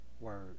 word